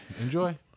enjoy